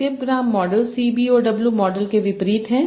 skip gram model CBOW model के विपरीत है